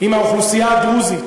עם האוכלוסייה הדרוזית,